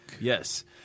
Yes